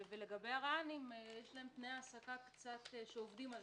לגבי הרע"נים, יש להם תנאי העסקה שעובדים עליהם.